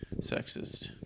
sexist